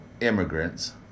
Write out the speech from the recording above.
immigrants